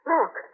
Look